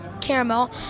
caramel